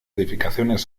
edificaciones